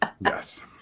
yes